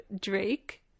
Drake